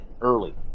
early